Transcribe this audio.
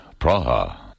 Praha